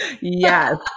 Yes